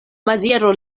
maziero